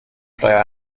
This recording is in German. steuer